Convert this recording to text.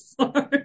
sorry